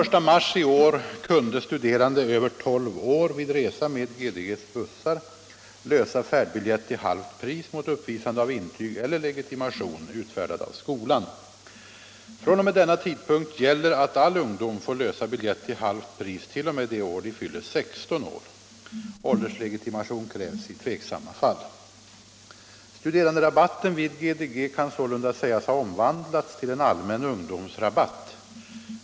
Studeranderabatten vid GDG kan sålunda sägas ha omvandlats till en allmän ungdomsrabatt.